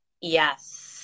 yes